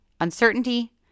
uncertainty